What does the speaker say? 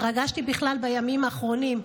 התרגשתי בכלל בימים האחרונים,